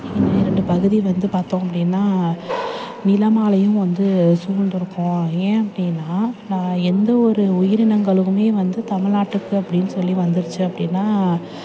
இன்னும் இரண்டு பகுதி வந்து பார்த்தோம் அப்படின்னா நிலமாலேயும் வந்து சூழ்ந்திருக்கும் ஏன் அப்படின்னா எந்த ஒரு உயிரினங்களுமே வந்து தமிழ்நாட்டுக்கு அப்படின்னு சொல்லி வந்துடுச்சி அப்படின்னா